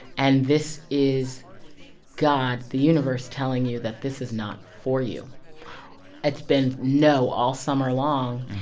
and this is god, the universe, telling you that this is not for you it's been no all summer long.